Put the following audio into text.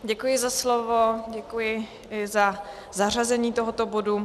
Děkuji za slovo, děkuji i za zařazení tohoto bodu.